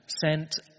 sent